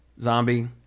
zombie